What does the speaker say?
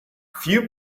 few